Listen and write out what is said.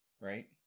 right